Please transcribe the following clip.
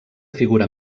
figura